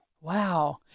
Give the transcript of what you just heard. Wow